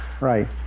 Right